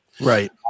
right